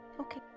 Okay